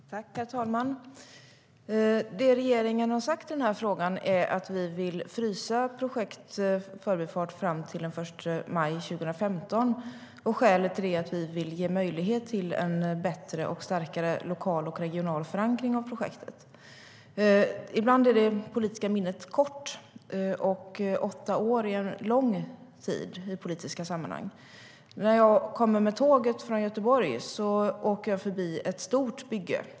Herr talman! Det regeringen har sagt i frågan är att vi vill frysa projekt Förbifart Stockholm fram till den 1 maj 2015. Skälet till det är att vi vill ge möjlighet till en bättre och starkare förankring av projektet lokalt och regionalt. Ibland är det politiska minnet kort, och åtta år är en lång tid i politiska sammanhang. När jag kommer med tåget från Göteborg åker jag förbi ett stort bygge.